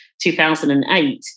2008